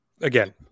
again